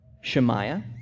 Shemaiah